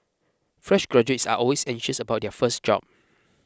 fresh graduates are always anxious about their first job